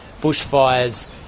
bushfires